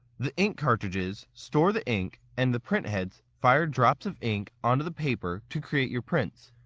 the ink cartridges store the ink, and the print heads fire drops of ink onto the paper to create your prints.